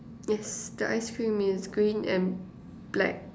yes the ice cream is green and black